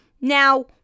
Now